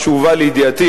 מה שהובא לידיעתי,